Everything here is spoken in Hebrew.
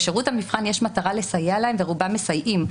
לשירות המבחן יש מטרה לסייע להם ורובם מסייעים.